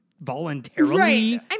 voluntarily